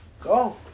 Go